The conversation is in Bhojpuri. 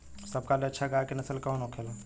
सबका ले अच्छा गाय के नस्ल कवन होखेला?